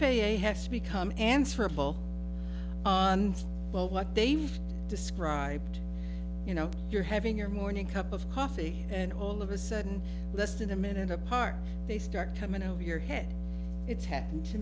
a has become answerable well what they've described you know you're having your morning cup of coffee and all of a sudden less than a minute apart they start coming over your head it's happened to